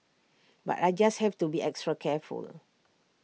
but I just have to be extra careful